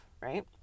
right